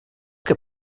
què